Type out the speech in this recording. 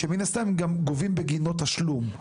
ומן הסתם הם גובים בגינו תשלום.